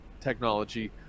technology